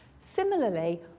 Similarly